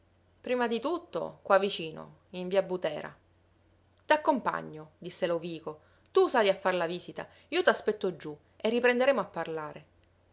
prima di tutto qua vicino in via butera t'accompagno disse lovico tu sali a far la visita io t'aspetto giù e riprenderemo a parlare